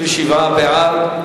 37 בעד,